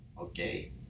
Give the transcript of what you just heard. Okay